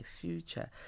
future